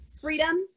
Freedom